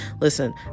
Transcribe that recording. Listen